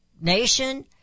nation